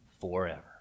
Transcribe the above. forever